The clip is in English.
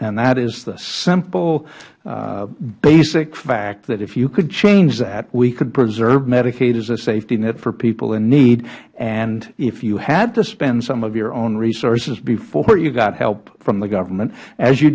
and that is the simple basic fact that is you could change that we could preserve medicaid as a safety net for people in need and if you had to spend some of your own resources before you got help from the government as you